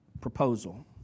proposal